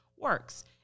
works